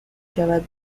شود